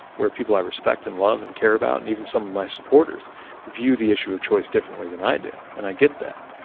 where people i respect and love and care about and even some of my supporters view the issue of choice differently than i do, and i get that